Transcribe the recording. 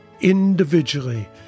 individually